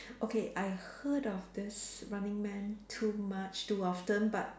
okay I've heard of this running man too much too often but